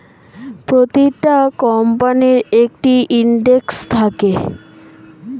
প্রতিটা কোম্পানির একটা ইন্ডেক্স থাকে